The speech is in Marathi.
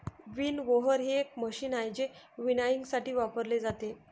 विनओव्हर हे एक मशीन आहे जे विनॉयइंगसाठी वापरले जाते